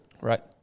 Right